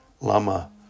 Lama